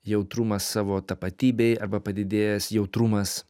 jautrumas savo tapatybei arba padidėjęs jautrumas